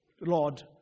Lord